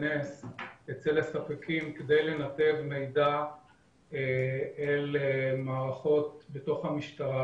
אצל הספקים כדי לנתב מידע אל מערכות בתוך המשטרה.